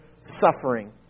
suffering